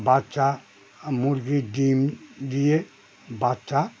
বাচ্চা মুরগীর ডিম দিয়ে বাচ্চা